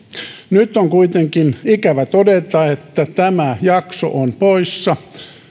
nyt on kuitenkin ikävä todeta että tämä jakso on poissa